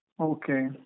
Okay